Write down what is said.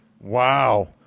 Wow